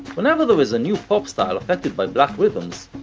whenever there is a new pop style affected by black rhythms,